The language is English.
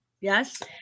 Yes